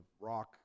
rock